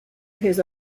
his